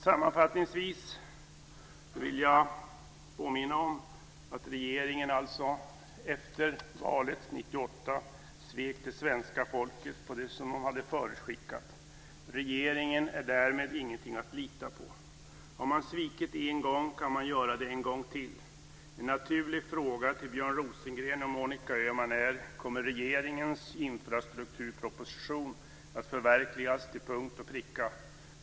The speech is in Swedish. Sammanfattningsvis vill jag påminna om att regeringen alltså efter valet 1998 svek det svenska folket beträffande det som den hade förutskickat. Regeringen är därmed ingenting att lita på. Har man svikit en gång kan man göra det en gång till. En naturlig fråga till Björn Rosengren och Monica Öhman är: Kommer regeringens infrastrukturproposition att förverkligas till punkt och pricka?